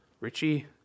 Richie